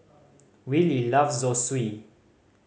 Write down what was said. Willy loves Zosui